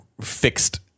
fixed